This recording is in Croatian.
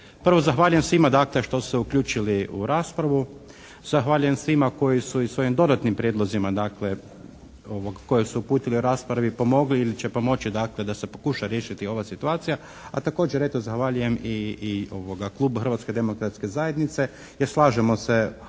Prvo zahvaljujem svima, dakle, koji su se uključili u raspravu, zahvaljujem svima koji su i svojim dodatnim prijedlozima, dakle, koje su uputili u raspravi pomogli ili će pomoći, dakle, da se pokuša riješiti ova situacije. A također, eto, zahvaljujem i Klubu Hrvatske demokratske zajednice jer slažemo se